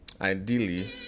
ideally